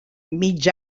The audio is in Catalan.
mig